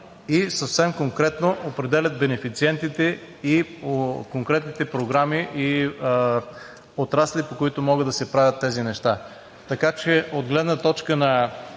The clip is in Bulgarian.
и съвсем конкретно определят бенефициентите по конкретните програми и отрасли, по които могат да се правят тези неща.